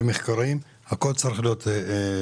ומחקרים, הכול צריך להיות אזורי.